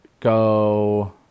Go